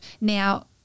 Now